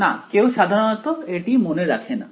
না কেউ সাধারণত এটি মনে রাখেনা